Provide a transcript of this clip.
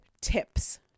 tips